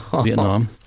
Vietnam